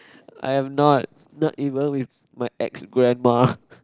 I am not not even with my ex grandma